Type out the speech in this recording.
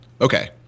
Okay